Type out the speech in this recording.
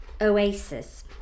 Oasis